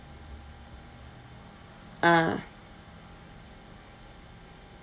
ah